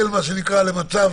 למעט אם זה יוצא בשבת,